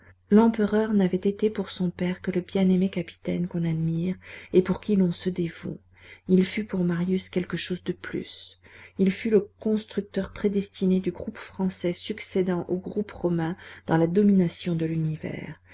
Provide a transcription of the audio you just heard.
l'empereur n'avait été pour son père que le bien-aimé capitaine qu'on admire et pour qui l'on se dévoue il fut pour marius quelque chose de plus il fut le constructeur prédestiné du groupe français succédant au groupe romain dans la domination de l'univers